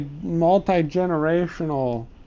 multi-generational